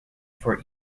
for